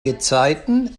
gezeiten